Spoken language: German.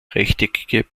rechteckige